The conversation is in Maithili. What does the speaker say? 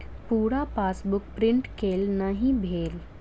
पूरा पासबुक प्रिंट केल नहि भेल